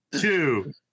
two